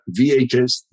VHS